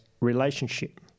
relationship